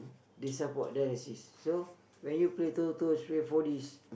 they support dialysis so when you play Totos four Ds